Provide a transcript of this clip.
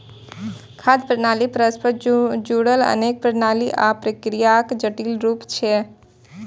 खाद्य प्रणाली परस्पर जुड़ल अनेक प्रणाली आ प्रक्रियाक जटिल रूप छियै